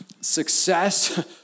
Success